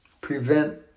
Prevent